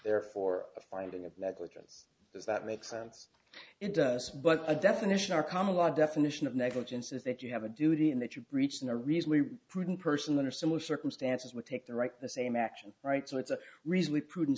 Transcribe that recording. there for a finding of negligence does that make sense it does but a definition our common law definition of negligence is that you have a duty and that you breached in the reason we prudent person under similar circumstances would take the right the same action right so it's a reason we prudent